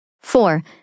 Four